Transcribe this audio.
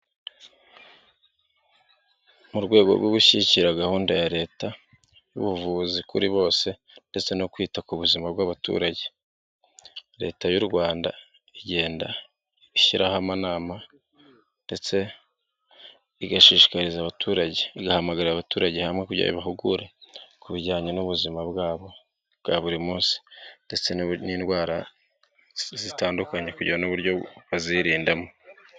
Mu rwego rwo gushyigikira gahunda ya leta y'ubuvuzi kuri bose ndetse no kwita ku buzima bw'abaturage, leta y'u Rwanda igenda ishyiraraho amanama ndetse igashishikariza abaturage, igahamagarira abaturage hamwe kujya bihugure ku bijyanye n'ubuzima bwabo bwa buri munsi ndetse n'indwara zitandukanye kugira ngo n'uburyo bazirindamo.